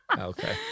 Okay